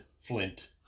flint